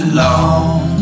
long